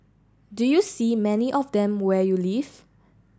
do you see many of them where you live